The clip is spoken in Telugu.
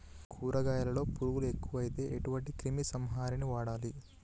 కూరగాయలలో పురుగులు ఎక్కువైతే ఎటువంటి క్రిమి సంహారిణి వాడాలి?